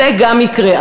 גם זה יקרה,